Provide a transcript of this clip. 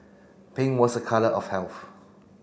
pink was a colour of health